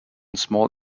small